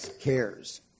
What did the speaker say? cares